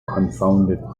confounded